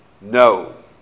No